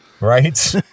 Right